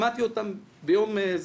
שמעתי אותם בפעם הקודמת,